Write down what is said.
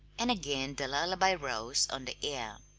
and again the lullaby rose on the air.